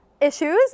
issues